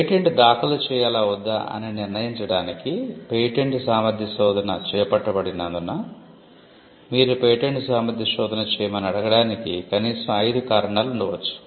patent దాఖలు చేయాలా వద్దా అని నిర్ణయించడానికి పేటెంట్ సామర్థ్య శోధన చేపట్టబడినందున మీరు పేటెంట్ సామర్థ్య శోధన చేయమని అడగటానికి కనీసం 5 కారణాలు ఉండవచ్చు